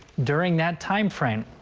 during that time frame.